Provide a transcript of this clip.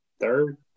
third